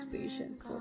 patience